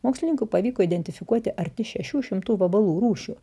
mokslininkui pavyko identifikuoti arti šešių šimtų vabalų rūšių